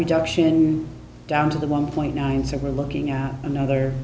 reduction down to the one point nine so we're looking at another